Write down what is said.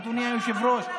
אדוני היושב-ראש,